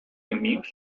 名胜区